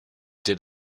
did